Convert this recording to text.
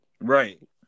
Right